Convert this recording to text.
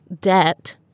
debt